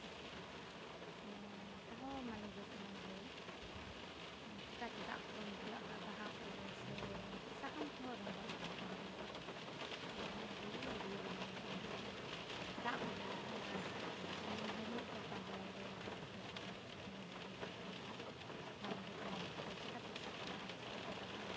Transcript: ᱠᱩᱥᱤ ᱫᱚ ᱢᱟᱱᱮ ᱛᱟᱦᱚᱣ ᱢᱟᱱᱮ ᱡᱚᱛᱱᱚᱭᱟᱞᱮ ᱪᱮᱠᱟᱛᱮ ᱫᱟᱜ ᱠᱚ ᱵᱟᱢ ᱫᱩᱞᱟᱜ ᱠᱷᱟᱡ ᱵᱟᱦᱟ ᱠᱚ ᱥᱟᱠᱟᱢ ᱠᱚᱦᱚᱸ ᱨᱚᱜᱚᱜᱼᱟ ᱫᱟᱜ ᱠᱚ ᱵᱟᱢ ᱫᱩᱞᱟᱜ ᱠᱷᱟᱡ ᱟᱫᱚ ᱚᱱᱟ ᱜᱮ ᱦᱟᱹᱨᱭᱟᱹᱲ ᱜᱮ ᱧᱮᱞᱚᱜ ᱞᱟᱹᱜᱤᱫ ᱨᱚᱝ ᱫᱟᱜ ᱠᱚᱞᱮ ᱞᱟᱜᱟᱣᱟᱜᱼᱟ ᱢᱟᱱᱮ ᱦᱮᱲᱦᱮᱫ ᱥᱟᱯᱷᱟ ᱵᱟᱲᱟᱭᱟᱞᱮ ᱵᱩᱴᱟᱹ ᱵᱩᱴᱟᱹ ᱠᱚ ᱢᱚᱡᱽ ᱜᱮᱞᱮ ᱡᱚᱛᱱᱚᱭᱟ ᱵᱟᱝ ᱡᱚᱛᱱᱚ ᱞᱮᱠᱷᱟᱡ ᱫᱚ ᱪᱮᱠᱟᱛᱮ ᱥᱟᱠᱟᱢᱚᱜᱼᱟ ᱪᱮᱠᱟᱛᱮ ᱵᱟᱦᱟᱜᱼᱟ